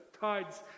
tides